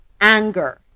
anger